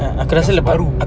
bukan Subaru